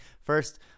first